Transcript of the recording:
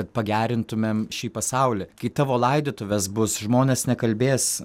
kad pagerintumėm šį pasaulį kai tavo laidotuves bus žmonės nekalbės